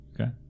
Okay